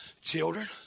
Children